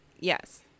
Yes